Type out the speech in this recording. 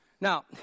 Now